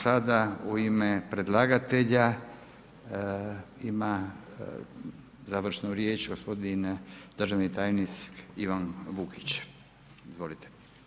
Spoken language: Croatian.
Sada u ime predlagatelja, ima završnu riječ gospodin državni tajnik Ivan Vukić, izvolite.